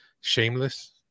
Shameless